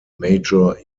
major